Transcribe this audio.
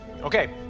Okay